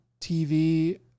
TV